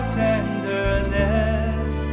tenderness